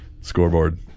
scoreboard